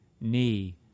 knee